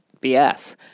BS